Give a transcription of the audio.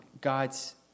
God's